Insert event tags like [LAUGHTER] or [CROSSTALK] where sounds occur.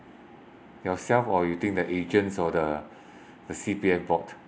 yourself or you think the agents or the [BREATH] the C_P_F board